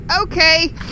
okay